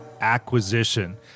acquisition